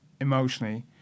emotionally